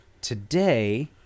today